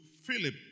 Philip